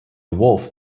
wolf